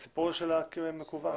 המקוון.